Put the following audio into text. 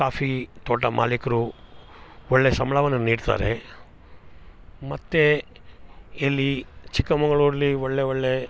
coffee ತೋಟ ಮಾಲಿಕರು ಒಳ್ಳೆಯ ಸಂಬಳವನ್ನು ನೀಡ್ತಾರೆ ಮತ್ತು ಎಲ್ಲಿ ಚಿಕ್ಕಮಗ್ಳೂರಲ್ಲಿ ಒಳ್ಳೆಯ ಒಳ್ಳೆಯ